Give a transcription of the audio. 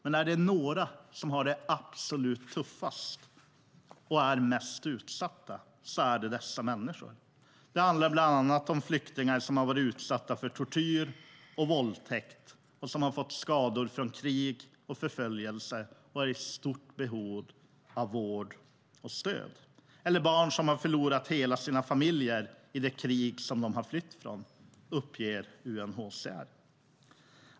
Men de som har det absolut tuffast och är mest utsatta är dessa människor. Det handlar bland annat om flyktingar som har varit utsatta för tortyr och våldtäkt och som har fått skador från krig och förföljelse och är i stort behov av vård och stöd. Det handlar också om barn som har förlorat hela sina familjer i det krig som de har flytt från. Detta uppger UNHCR.